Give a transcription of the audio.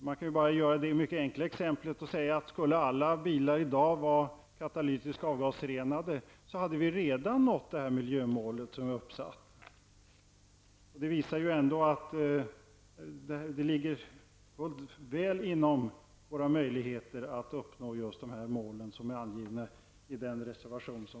Man kan bara ge det mycket enkla exemplet att skulle alla bilar i dag ha katalytisk avgasrening, hade vi redan nått det miljömål som är uppsatt. Det visar ändå att det ligger väl inom våra möjligheter att uppnå de miljömål som är angivna i den reservation som